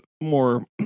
more